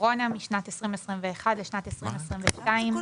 הקורונה בשנת 2021 היו מאוד גדולים כי --- אולי